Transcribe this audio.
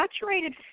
saturated